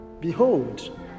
Behold